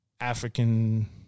African